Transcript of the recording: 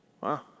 Wow